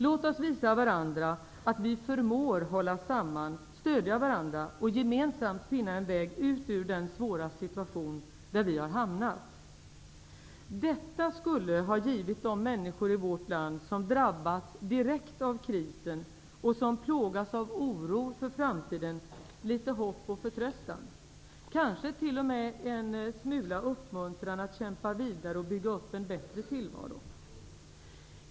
Låt oss visa varandra att vi förmår hålla samman, stödja varandra och gemensamt finna en väg ut ur den svåra situation som vi har hamnat i.'' Detta skulle ha givit de människor i vårt land som drabbats direkt av krisen och som plågas av oro inför framtiden litet hopp och förtröstan, kanske t.o.m. en smula uppmuntran att kämpa vidare och bygga upp en bättre tillvaro.